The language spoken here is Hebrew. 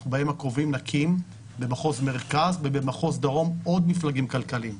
אנחנו בימים הקרובים נקים במחוז מרכז ובמחוז דרום עוד מפלגים כלכליים.